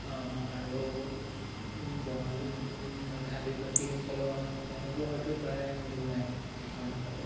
আৰু বঙালী মানে আদিবাসীসকলৰ তেওঁলোকৰ সৈতেও প্ৰায় মিল নাই আমাৰ ভাষাটো